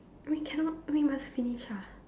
we cannot we must finish ah